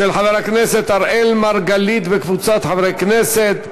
של חבר הכנסת אראל מרגלית וקבוצת חברי הכנסת.